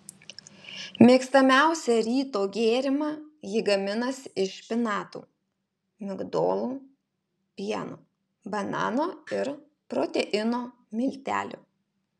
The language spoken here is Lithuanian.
mėgstamiausią ryto gėrimą ji gaminasi iš špinatų migdolų pieno banano ir proteino miltelių